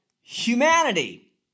humanity